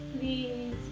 please